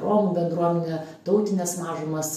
romų bendruomenę tautines mažumas